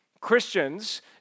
Christians